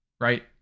Right